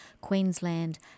Queensland